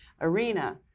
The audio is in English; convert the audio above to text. arena